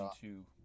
two